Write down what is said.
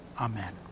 Amen